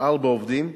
ארבעה עובדים,